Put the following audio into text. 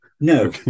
No